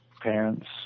Parents